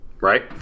right